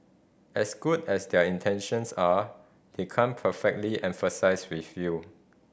as good as their intentions are they can't perfectly empathise with you